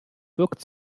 wirkt